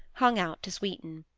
hung out to sweeten.